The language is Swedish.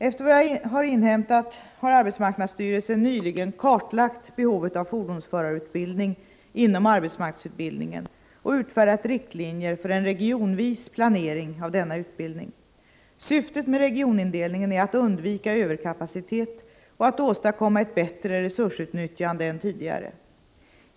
Efter vad jag har inhämtat har arbetsmarknadsstyrelsen nyligen kartlagt behovet av fordonsförarutbildning inom arbetsmarknadsutbildningen och utfärdat riktlinjer för en regionvis planering av denna utbildning. Syftet med regionindelningen är att undvika överkapacitet och att åstadkomma ett bättre resursutnyttjande än tidigare.